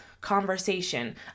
conversation